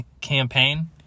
campaign